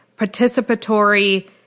participatory